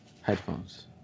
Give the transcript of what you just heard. headphones